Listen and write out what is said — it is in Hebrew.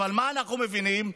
אבל מה אנחנו מבינים?